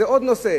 זה עוד נושא